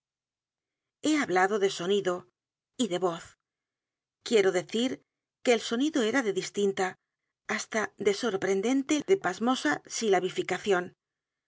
he hablado de sonido y de voz quiero decir que el sonido era de distinta hasta de sorprendente de pasmosa